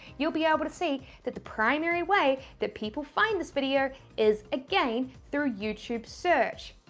you'll be able to see that the primary way that people find this video is again, through youtube search.